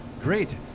Great